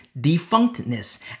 defunctness